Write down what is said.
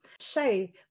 Shay